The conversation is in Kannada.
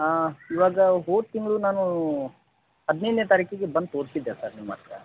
ಹಾಂ ಇವಾಗ ಹೋದ ತಿಂಗಳು ನಾನು ಹದಿನೈದನೇ ತಾರೀಕಿಗೆ ಬಂದು ತೋರಿಸಿದ್ದೆ ಸರ್ ನಿಮ್ಮ ಹತ್ರ